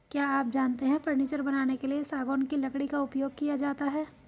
क्या आप जानते है फर्नीचर बनाने के लिए सागौन की लकड़ी का उपयोग किया जाता है